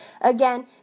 Again